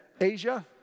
Asia